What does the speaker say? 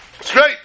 straight